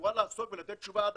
שאמורה לעסוק ולתת תשובה עד